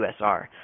USR